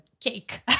cake